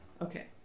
Okay